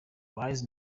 lie